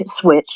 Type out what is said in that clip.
switch